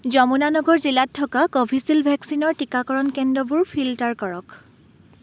যমুনা নগৰ জিলাত থকা কভিচিল্ড ভেকচিনৰ টিকাকৰণ কেন্দ্ৰবোৰ ফিল্টাৰ কৰক